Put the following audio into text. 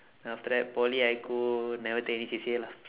then after that poly I go I never take any C_C_A lah